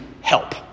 help